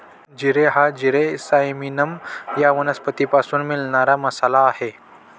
जिरे हा जिरे सायमिनम या वनस्पतीपासून मिळणारा मसाला आहे